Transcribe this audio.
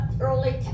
early